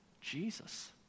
Jesus